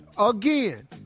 again